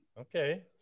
Okay